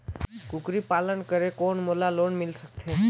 कूकरी पालन करे कौन मोला लोन मिल सकथे?